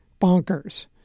bonkers